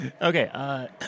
Okay